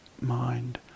mind